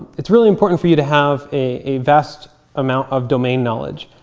it's really important for you to have a vast amount of domain knowledge.